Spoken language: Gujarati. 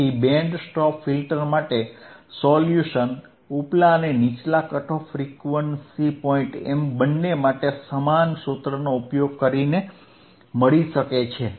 તેથી બેન્ડ સ્ટોપ ફિલ્ટર માટે સોલ્યુશન ઉપલા અને નીચલા કટ ઓફ ફ્રીક્વન્સી પોઈન્ટ એમ બંને માટે સમાન સૂત્રનો ઉપયોગ કરીને મળી શકે છે